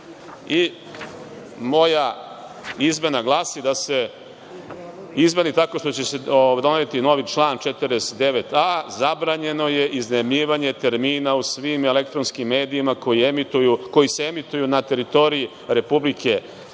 Moja izmena glasi da se izmeni tako što će se doneti novi član 49a – zabranjeno je iznajmljivanje termina u svim elektronskim medijima, koji se emituju na teritoriji Republike